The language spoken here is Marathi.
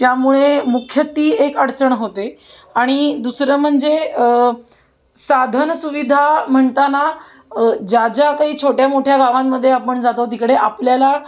त्यामुळे मुख्य ती एक अडचण होते आणि दुसरं म्हणजे साधन सुविधा म्हणताना ज्या ज्या काही छोट्या मोठ्या गावांमध्ये आपण जातो तिकडे आपल्याला